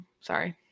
Sorry